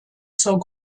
zur